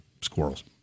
squirrels